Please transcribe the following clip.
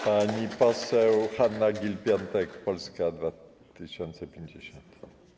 Pani poseł Hanna Gill-Piątek, Polska 2050.